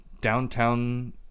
downtown